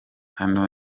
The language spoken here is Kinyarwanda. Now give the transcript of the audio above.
hano